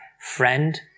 friend